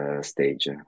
Stage